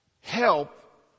help